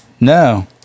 No